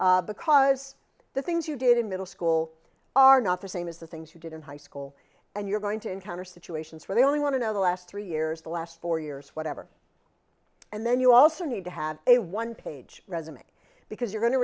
stuff because the things you did in middle school are not the same as the things you did in high school and you're going to encounter situations where they only want to know the last three years the last four years whatever and then you also need to have a one page resume because you're going to